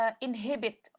inhibit